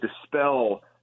dispel